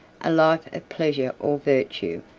a life of pleasure or virtue,